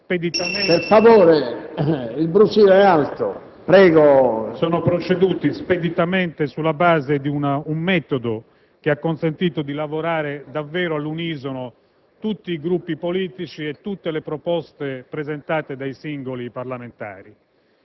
i lavori in Commissione sono proceduti speditamente sulla base di un metodo che ha consentito di lavorare davvero all'unisono con tutti Gruppi politici e su tutte le proposte presentate dai singoli parlamentari.